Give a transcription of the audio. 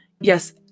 Yes